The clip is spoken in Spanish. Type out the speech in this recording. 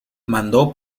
mandó